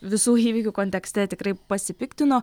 visų įvykių kontekste tikrai pasipiktino